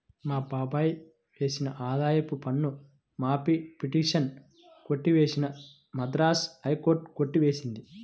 మా బాబాయ్ వేసిన ఆదాయపు పన్ను మాఫీ పిటిషన్ కొట్టివేసిన మద్రాస్ హైకోర్టు కొట్టి వేసింది